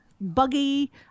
buggy